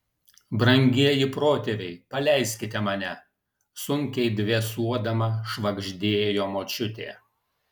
brangieji protėviai paleiskite mane sunkiai dvėsuodama švagždėjo močiutė